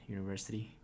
University